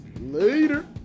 later